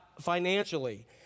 financially